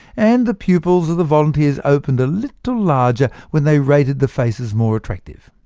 and the pupils of the volunteers opened a little larger when they rated the faces more attractive.